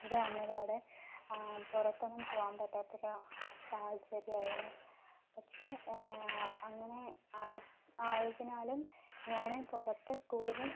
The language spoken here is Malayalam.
ഇത് വന്നതോടെ പുറത്തൊന്നും പോകാൻ പറ്റാത്തൊരു സാഹചര്യമായിരുന്നു പക്ഷെ അങ്ങനെ ആയത് ആയതിനാലും ഞാൻ പുറത്ത് കൂടുതൽ